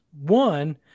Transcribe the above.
One